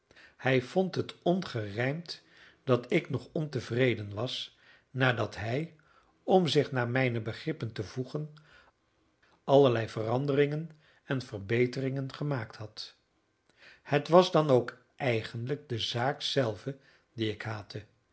hij vond het ongerijmd dat ik nog ontevreden was nadat hij om zich naar mijne begrippen te voegen allerlei veranderingen en verbeteringen gemaakt had het was dan ook eigenlijk de zaak zelve die ik haatte het